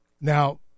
Now